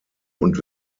und